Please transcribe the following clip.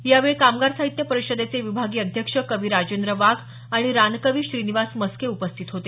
यावेळी कामगार साहित्य परिषदेचे विभागीय अध्यक्ष कवी राजेंद्र वाघ आणि रानकवी श्रीनिवास मस्के उपस्थित होते